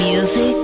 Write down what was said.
Music